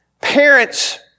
parents